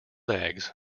eggs